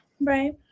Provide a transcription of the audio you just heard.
Right